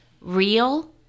real